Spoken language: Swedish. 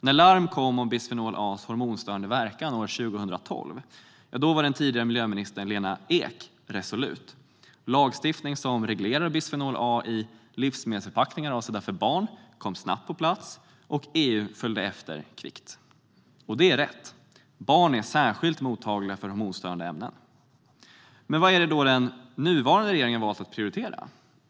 När larm kom om bisfenol A:s hormonstörande verkan år 2012 var tidigare miljöminister Lena Ek resolut. Lagstiftning som reglerar bisfenol A i livsmedelsförpackningar avsedda för barn kom snabbt på plats. EU följde efter kvickt. Det är rätt! Barn är särskilt mottagliga för hormonstörande ämnen. Vad är det då den nuvarande regeringen valt att prioritera?